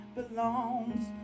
belongs